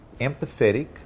empathetic